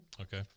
Okay